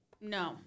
No